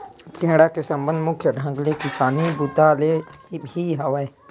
टेंड़ा के संबंध मुख्य ढंग ले किसानी बूता ले ही हवय